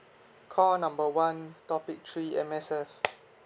call number one topic three M_S_F